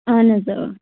اَہَن حظ آ